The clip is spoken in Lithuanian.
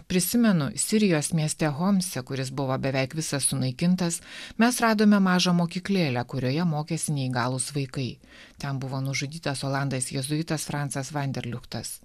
prisimenu sirijos mieste homse kuris buvo beveik visas sunaikintas mes radome mažą mokyklėlę kurioje mokėsi neįgalūs vaikai ten buvo nužudytas olandas jėzuitas francas vanderliuchtas